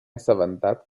assabentat